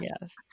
Yes